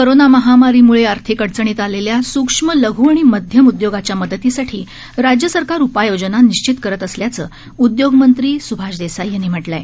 corona महामारीमुळे आर्थिक अडचणीत आलेल्या सुक्ष्म लघ् आणि मध्यम उदयोगाच्या मदतीसाठी राज्यसरकार उपाययोजना निश्चित करत असल्याचं उदयोगमंत्री सुभाष देसाई यांनी म्हटलं आहे